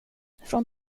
från